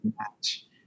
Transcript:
match